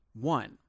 One